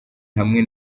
hamwe